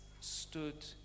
stood